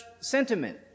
sentiment